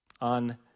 on